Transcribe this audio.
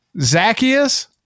Zacchaeus